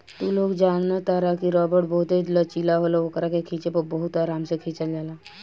तू लोग जनतार की रबड़ बहुते लचीला होला ओकरा के खिचे पर बहुते आराम से खींचा जाला